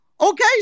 Okay